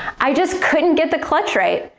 i just couldn't get the clutch right,